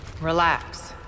relax